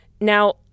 Now